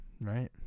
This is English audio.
Right